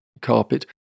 carpet